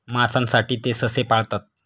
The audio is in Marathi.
मांसासाठी ते ससे पाळतात